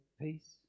peace